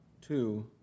two